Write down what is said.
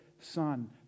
son